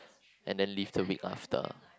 and then leave the week after